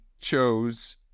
chose